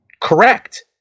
correct